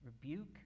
Rebuke